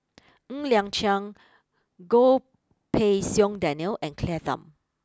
Ng Liang Chiang Goh Pei Siong Daniel and Claire Tham